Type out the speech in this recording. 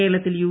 കേരളത്തിൽ യു